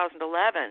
2011